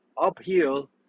uphill